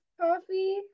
coffee